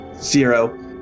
Zero